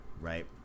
right